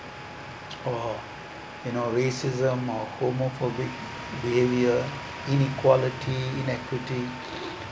or you know racism or homophobic behavior inequality in equity